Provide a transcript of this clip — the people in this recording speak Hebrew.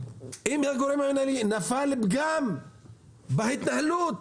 נפל פגם בהתנהלות,